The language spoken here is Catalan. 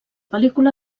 pel·lícula